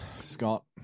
scott